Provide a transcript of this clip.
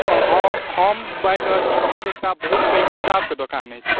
हँ हम बाजि रहल छी हमर एकटा बहुत पैघ किताबके दोकान अछि